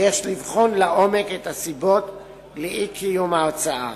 ויש לבחון לעומק את הסיבות לאי-קידום ההצעה.